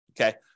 okay